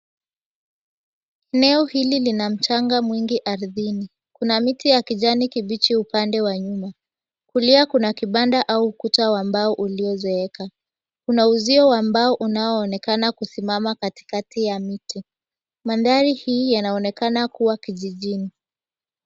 Eneo hili lina mchanga mwingi ardhini. Kuna miti ya kijani kibichi upande wa nyuma. Kulia kuna kibanda au ukuta wa mbao uliozeeka. Kuna uzio wa mbao unaoonekana kusimama katikati ya miti. Mandhari hii yanaonekana kuwa kijijini.